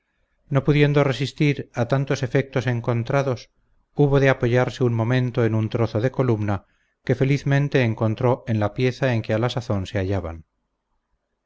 no pudiendo resistir a tantos efectos encontrados hubo de apoyarse un momento en un trozo de columna que felizmente encontró en la pieza en que a la sazón se hallaban